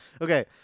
Okay